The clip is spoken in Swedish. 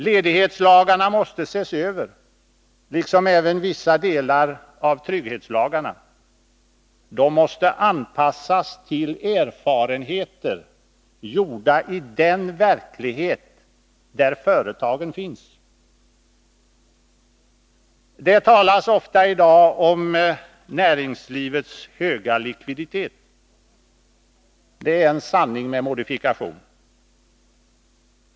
Ledighetslagarna måste ses över, liksom även vissa delar av trygghetslagarna — de måste anpassas till erfarenheter gjorda i den verklighet där företagen finns. Det talas ofta i dag om näringslivets höga likviditet. Det är en sanning med modifikation.